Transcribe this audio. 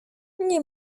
nie